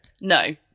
No